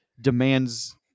demands